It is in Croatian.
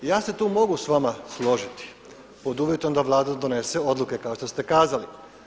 Ja se tu mogu sa vama složiti pod uvjetom da Vlada donese odluke kao što ste kazali.